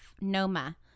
Noma